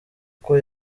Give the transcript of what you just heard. uko